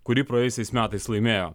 kurį praėjusiais metais laimėjo